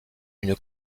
une